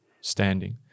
standing